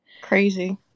Crazy